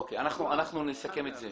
אוקיי, אנחנו נסכם את זה.